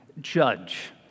judge